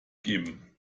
geben